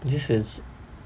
this is